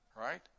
right